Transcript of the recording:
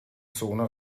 zone